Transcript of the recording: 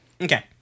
Okay